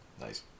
nice